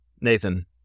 Nathan